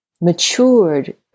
matured